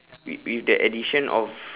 with with the addition of